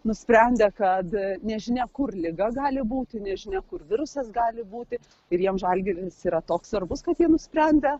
nusprendė kad nežinia kur liga gali būti nežinia kur virusas gali būti ir jiems žalgiris yra toks svarbus kad jie nusprendė